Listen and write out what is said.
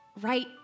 right